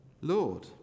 Lord